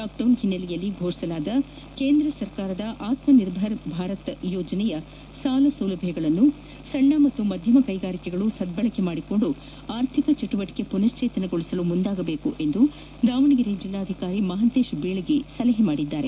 lockdown ಹಿನ್ನೆಲೆಯಲ್ಲಿ ಘೋಷಿಸಲಾದ ಕೇಂದ್ರ ಸರ್ಕಾರದ ಆತ್ಮನಿರ್ಭರ್ ಭಾರತ್ ಯೋಜನೆಯ ಸಾಲಸೌಲಭ್ಯಗಳನ್ನು ಸಣ್ಣ ಮತ್ತು ಮಧ್ಯಮ ಕೈಗಾರಿಕೆಗಳು ಸದ್ದಳಕೆ ಮಾಡಿಕೊಂಡು ಆರ್ಥಿಕ ಚಟುವಟಕೆಗಳನ್ನು ಪುನಶ್ಚೇತನಗೊಳಿಸಲು ಮುಂದಾಗಬೇಕು ಎಂದು ದಾವಣಗೆರೆ ಜಿಲ್ಲಾಧಿಕಾರಿ ಮಹಾಂತೇಶ ಬೀಳಗಿ ಸಲಹೆ ಮಾಡಿದ್ದಾರೆ